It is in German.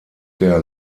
der